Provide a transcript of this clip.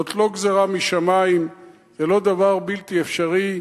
זאת לא גזירה משמים, זה לא דבר בלתי אפשרי,